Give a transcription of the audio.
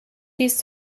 dies